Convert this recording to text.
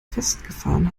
festgefahren